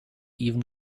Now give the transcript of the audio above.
even